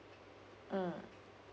mm